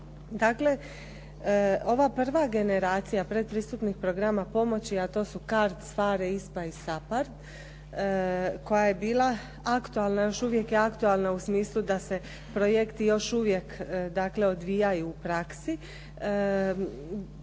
Dakle, ova prva generacija pretpristupnih programa pomoći a to su CARDS, PHARE, ISPA i SAPARD koja je bila aktualna i još uvijek je aktualna u smislu da se projekti još uvijek odvijaju u praksi